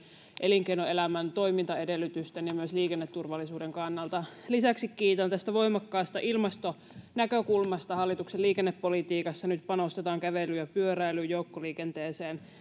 elinkeinoelämän toimintaedellytysten ja myös liikenneturvallisuuden kannalta lisäksi kiitän tästä voimakkaasta ilmastonäkökulmasta hallituksen liikennepolitiikassa nyt panostetaan kävelyyn ja pyöräilyyn joukkoliikenteeseen